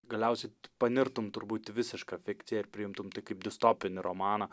galiausiai panirtum turbūt į visišką fikciją ir priimtum tai kaip distopinį romaną